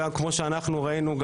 כמו שאנחנו ראינו,